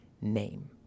name